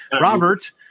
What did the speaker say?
Robert